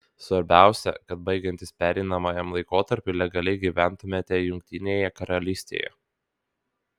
svarbiausia kad baigiantis pereinamajam laikotarpiui legaliai gyventumėte jungtinėje karalystėje